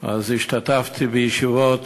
השתתפתי בישיבות